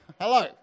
Hello